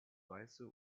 weiße